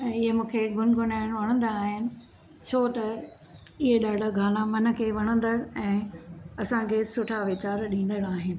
इहे मूंखे गुन गुनाइणु वणंदा आहिनि छो त इहे ॾाढा गाना मन खे वणंदड़ ऐं असांखे सुठा वीचार ॾींदड़ आहिनि